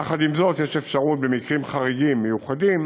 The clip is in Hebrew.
יחד עם זאת, יש אפשרות, במקרים חריגים מיוחדים